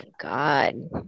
god